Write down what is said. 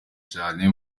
cane